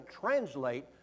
translate